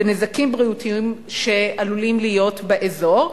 נזקים בריאותיים שעלולים להיות באזור,